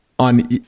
on